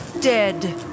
dead